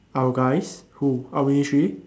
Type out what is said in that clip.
our guys who our ministry